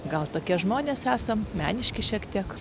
gal tokie žmonės esam meniški šiek tiek